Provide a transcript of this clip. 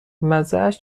مزهاش